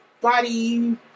body